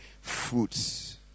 fruits